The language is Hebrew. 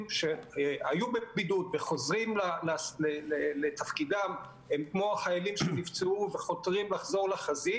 שהיו בבידוד וחוזרים לתפקידם הם כמו חיילים שנפצעו וחותרים לחזור לחזית.